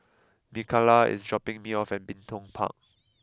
Mikalah is dropping me off at Bin Tong Park